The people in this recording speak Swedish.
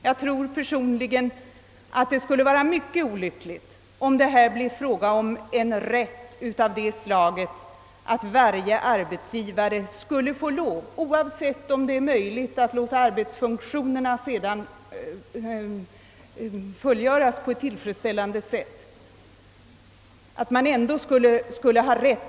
Jag tror personligen att det skulle vara mycket olyckligt, om alla skulle ha rätt till sådan ledighet oavsett om arbetsfunktionerna kan fullgöras på ett tillfredsställande sätt eller ej.